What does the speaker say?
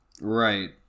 right